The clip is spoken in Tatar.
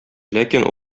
ләкин